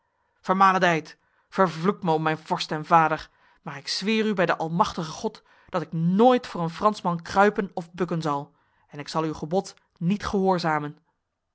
o mijn vorst en vader maar ik zweer u bij de almachtige god dat ik nooit voor een fransman kruipen of bukken zal en ik zal uw gebod niet gehoorzamen